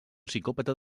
psicòpata